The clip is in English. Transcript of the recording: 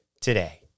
today